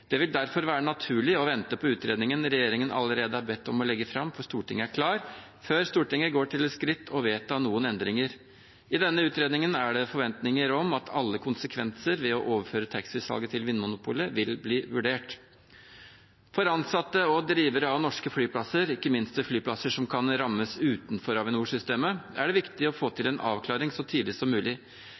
Det vil derfor være naturlig å vente på at utredningen regjeringen allerede er bedt om å legge fram for Stortinget, er klar, før Stortinget går til det skritt å vedta noen endringer. I denne utredningen er det forventninger om at alle konsekvenser ved å overføre taxfree-salget til Vinmonopolet vil bli vurdert. For ansatte og drivere av norske flyplasser, ikke minst ved flyplasser som kan rammes utenfor Avinor-systemet, er det viktig å få til en avklaring så tidlig som mulig.